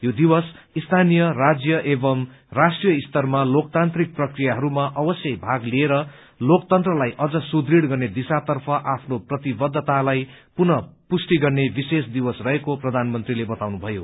यो दिवस स्थानीय राज्य एवं राष्ट्रीय स्तरमा लोकतान्त्रिक प्रक्रियाहरूमा अवश्यै भाग लिएर लोकतन्त्रलाई अझ सुदृढ़ गर्ने दिशातर्फ आफ्नो प्रतिबद्धतालाई पुनः पुष्टि गर्ने विशेष दिवस रहेको प्रधानमन्त्रीले बताउनुभयो